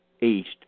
east